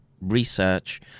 research